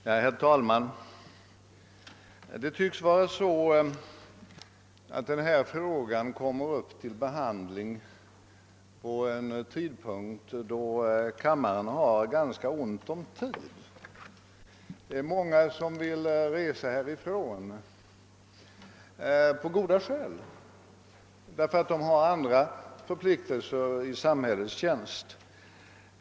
Herr talman! Den här frågan kommer upp till behandling vid en tidpunkt då kammaren tycks ha ganska ont om tid. Det är många som vill resa härifrån — av goda skäl, eftersom de har andra förpliktelser i samhällets tjänst.